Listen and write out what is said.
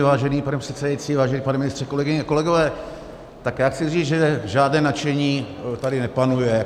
Vážený pane předsedající, vážený pane ministře, kolegyně, kolegové, já chci říct, že žádné nadšení tady nepanuje.